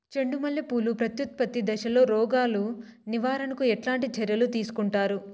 చెండు మల్లె పూలు ప్రత్యుత్పత్తి దశలో రోగాలు నివారణకు ఎట్లాంటి చర్యలు తీసుకుంటారు?